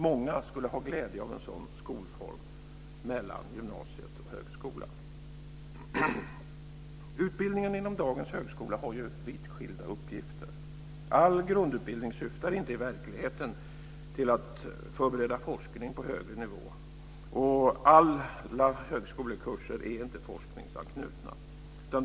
Många skulle ha glädje av en sådan skolform mellan gymnasiet och högskolan. Utbildningen inom dagens högskola har ju vitt skilda uppgifter. All grundutbildning syftar inte i verkligheten till att förbereda forskning på högre nivå, och alla högskolekurser är inte forskningsanknutna.